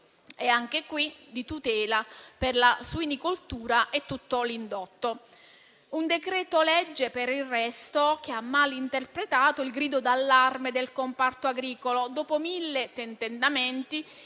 e, anche qui, di tutela per la suinicoltura e per tutto l'indotto. È un decreto-legge, per il resto, che ha mal interpretato il grido d'allarme del comparto agricolo. Dopo mille tentennamenti,